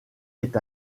est